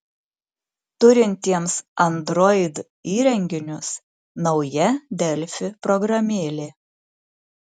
turintiems android įrenginius nauja delfi programėlė